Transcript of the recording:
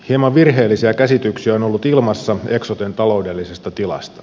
hieman virheellisiä käsityksiä on ollut ilmassa eksoten taloudellisesta tilasta